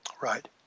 Right